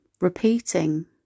repeating